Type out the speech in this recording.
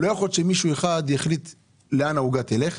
לא יכול להיות שמישהו אחד יחליט לאן העוגה תלך,